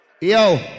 Yo